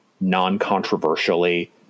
non-controversially